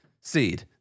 seed